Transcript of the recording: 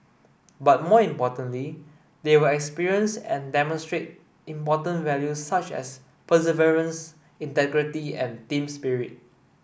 but more importantly they will experience and demonstrate important value such as perseverance integrity and team spirit